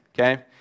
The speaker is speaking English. okay